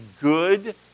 good